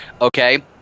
Okay